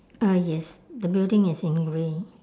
uh yes the building is in grey